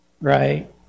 right